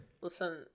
listen